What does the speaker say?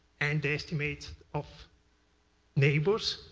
and estimates of neighbors,